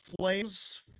Flames